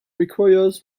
requires